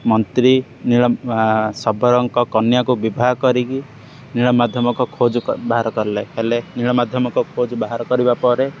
ମନ୍ତ୍ରୀ ନୀଳ ଶବରଙ୍କ କନ୍ୟାକୁ ବିବାହ କରିକି ନୀଳମାଧବଙ୍କ ଖୋଜ ବାହାର କଲେ ହେଲେ ନୀଳମାଧବଙ୍କ ଖୋଜ ବାହାର କରିବା ପରେ